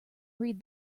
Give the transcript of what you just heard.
read